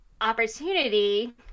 opportunity